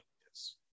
yes